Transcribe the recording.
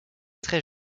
très